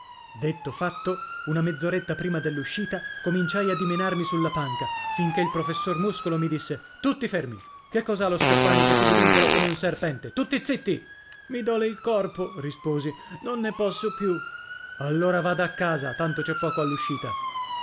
detto fatto una mezz'oretta prima dell'uscita cominciai a dimenarmi sulla panca finché il professor muscolo mi disse tutti fermi che cos'ha lo stoppani che si divincola come un serpente tutti zitti i dòle il corpo risposi non ne posso più allora vada a casa tanto c'è poco